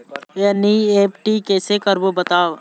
NEFT कैसे करबो बताव?